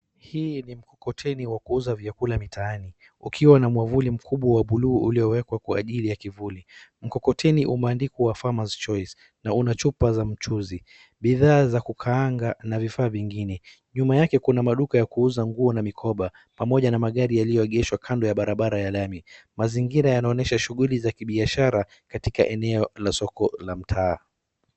Hii ni mkokoteni ya kuuza vyakula mtaani, ukiwa na mwavuli mkubwa wa buluu uliowekwa kwa ajili ya kivuli, mkokoteni umeandikwa farmer's choice na una chupa za mchuzi. Bidhaa za kukaanga na vifaa vingine. Nyuma yake kuna maduka ya kuuza nguo na mikoba, pamoja na magari yaliyoegeshwa kando ya barabara ya lami, mazingira yanaonyesha shughuli za kibiashara katika eneo la soko la mtaa.